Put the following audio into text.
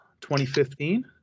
2015